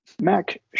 Mac